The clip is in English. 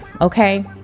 okay